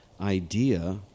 idea